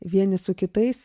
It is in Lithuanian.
vieni su kitais